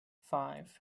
five